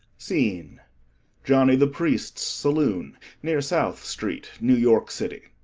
scene johnny-the-priest's saloon near south street, new york city.